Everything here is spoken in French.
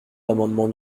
l’amendement